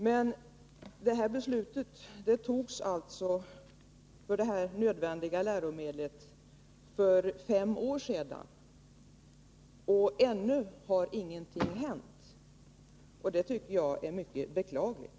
Men beslutet om detta nödvändiga läromedel fattades för fem år sedan. Ännu har ingenting hänt, och det tycker jag är mycket beklagligt.